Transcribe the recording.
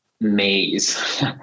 maze